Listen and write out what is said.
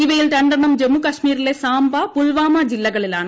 ഇവയിൽ രണ്ടെണ്ണം ജമ്മു കശ്മീരിലെ സാംബ പുൽവാമ ജില്ലകളി ലാണ്